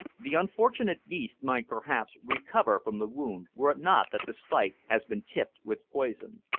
the unfortunate beast might perhaps recover from the wound, were it not that the spike has been tipped with poison.